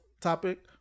topic